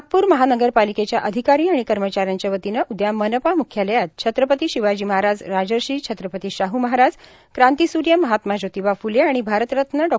नागपूर महानगरपालिकेच्या अधिकारी आणि कर्मचाऱ्यांच्या वतीने उदया मनपा मुख्यालयात छत्रपती शिवाजी महाराज राजर्षी छत्रपती शाह महाराज क्रांतिसूर्य महात्मा ज्योतीबा फुले आणि भारतरत्न डॉ